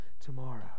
tomorrow